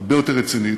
הרבה יותר רצינית,